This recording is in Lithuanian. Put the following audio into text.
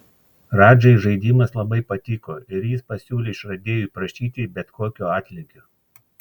radžai žaidimas labai patiko ir jis pasiūlė išradėjui prašyti bet kokio atlygio